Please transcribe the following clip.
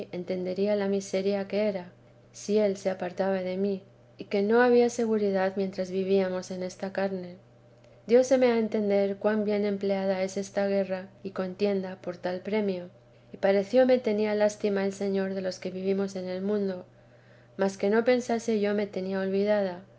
entendería la miseria que era si él se apartaba de mí y que no había seguridad mientras vivíamos en esta carne dióseme a entender cuan bien empleada es esta guerra y contienda por tal premio y parecióme tenía lástima el señor de los que vivimos en el mundo mas que no pensase yo me tenía